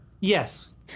Yes